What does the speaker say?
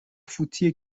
فوتی